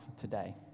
today